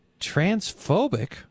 transphobic